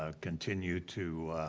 ah continue to